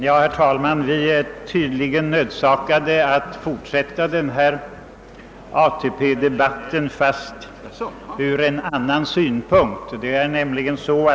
Herr talman! Vi är tydligen nödsakade att fortsätta ATP-debatten fast ur en annan synpunkt.